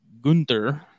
Gunther